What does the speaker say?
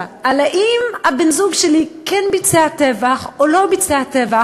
על האם בן-הזוג שלי כן ביצע טבח או לא ביצע טבח,